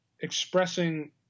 expressing